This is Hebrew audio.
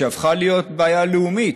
שהפכה להיות בעיה לאומית,